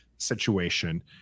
situation